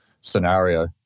scenario